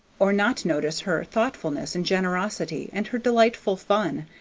or not notice her thoughtfulness and generosity and her delightful fun,